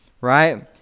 right